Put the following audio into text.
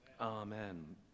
Amen